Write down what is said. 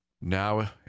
Now